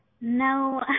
No